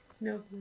No